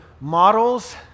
models